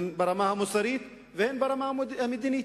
הן ברמה המוסרית והן ברמה המדינית.